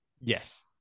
Yes